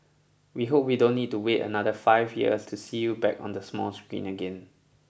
we hope we don't need to wait another five years to see you back on the small screen again